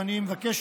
ואני מבקש,